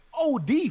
OD